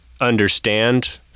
understand